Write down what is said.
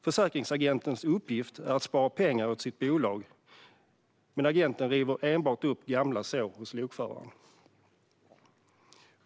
Försäkringsagentens uppgift är att spara pengar åt sitt bolag, men agenten river enbart upp gamla sår hos lokföraren.